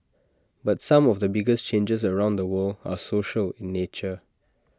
but some of the biggest changes around the world are social in nature